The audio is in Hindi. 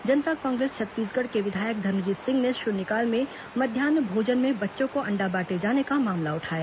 जनता कांग्रेस छत्तीसगढ़ के विधायक धर्मजीत सिंह ने शुन्यकाल में मध्यान्ह भोजन में बच्चों को अंडा बांटे जाने का मामला उठाया